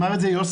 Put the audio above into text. אמר את זה יוסי,